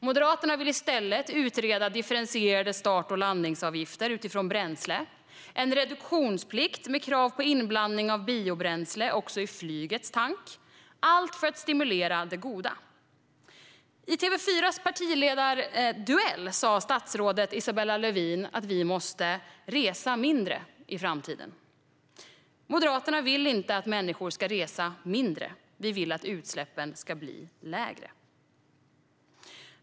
Moderaterna vill i stället utreda differentierade start och landningsavgifter utifrån bränsle och en reduktionsplikt med krav på inblandning av biobränsle också i flygets tank - allt för att stimulera det goda. I TV4:s partiledarduell sa statsrådet Isabella Lövin att vi måste resa mindre i framtiden. Moderaterna vill inte att människor ska resa mindre. Vi vill att utsläppen ska bli lägre.